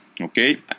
okay